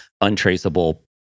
untraceable